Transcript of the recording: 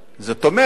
זאת אומרת,